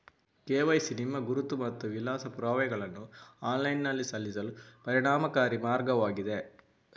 KYC ನಿಮ್ಮ ಗುರುತು ಮತ್ತು ವಿಳಾಸ ಪುರಾವೆಗಳನ್ನು ಆನ್ಲೈನಿನಲ್ಲಿ ಸಲ್ಲಿಸಲು ಪರಿಣಾಮಕಾರಿ ಮಾರ್ಗವಾಗಿದೆ